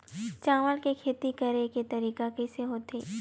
चावल के खेती करेके तरीका कइसे होथे?